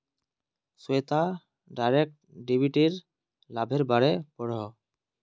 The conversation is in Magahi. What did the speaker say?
श्वेता डायरेक्ट डेबिटेर लाभेर बारे पढ़ोहो